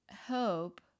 hope